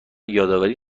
یادآوری